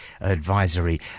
Advisory